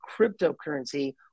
cryptocurrency